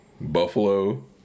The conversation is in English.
Buffalo